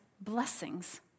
blessings